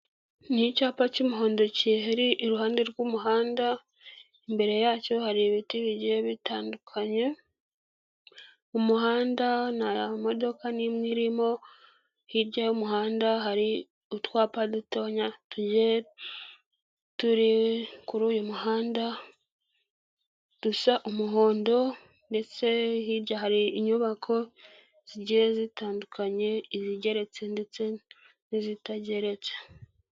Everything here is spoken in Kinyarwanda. Ni icyapa cy'umuhondo kihari iruhande rw'umuhanda, imbere yacyo hari ibiti bigiye bitandukanye. Mu muhanda nta modoka n'imwe irimo, hirya y'umuhanda hari utwapa dutoya tugera turi kuri uyu muhanda dusa umuhondo. Ndetse hirya hari inyubako zigiye zitandukanye izigeretse ndetse n'izitageretse.